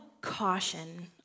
caution